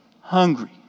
hungry